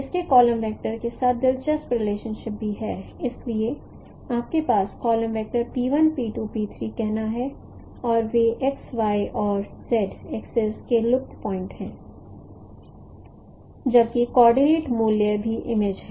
इसके column vector के साथ दिलचस्प रिलेशनशिप भी हैं इसलिए आपके पास कॉलम वेक्टर कहना है और वे X Yऔर Z एक्सेस के लुप्त पॉइंट हैं जबकि कोऑर्डिनेट मूल की इमेज है